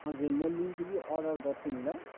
हजुर म लिन्छु कि अर्डर गर्छु नि ल